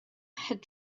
had